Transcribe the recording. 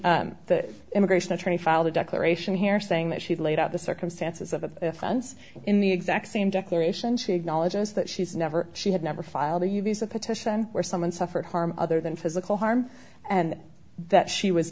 she the immigration attorney filed a declaration here saying that she laid out the circumstances of the funds in the exact same declaration she acknowledges that she's never she had never filed a petition where someone suffered harm other than physical harm and that she was